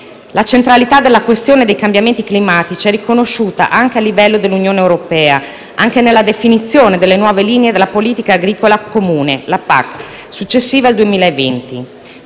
La centralità della questione dei cambiamenti climatici è riconosciuta anche a livello dell'Unione europea, nella definizione delle nuove linee della politica agricola comune (la PAC) successiva al 2020.